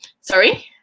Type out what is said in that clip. sorry